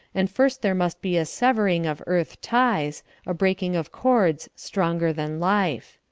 and first there must be a severing of earth-ties, a breaking of cords stronger than life.